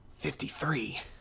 Fifty-three